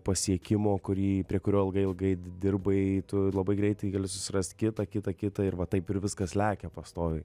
pasiekimo kurį prie kurio ilgai ilgai dirbai tu labai greitai gali susirast kitą kitą kitą ir va taip ir viskas lekia pastoviai